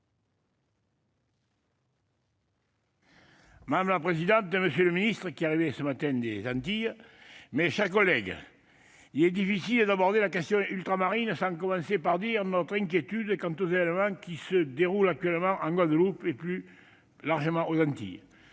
Madame la présidente, monsieur le ministre- vous arrivez des Antilles -, mes chers collègues, il est difficile d'aborder la question ultramarine sans commencer par dire notre inquiétude quant aux événements qui se déroulent actuellement en Guadeloupe, et plus largement aux Antilles.